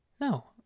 no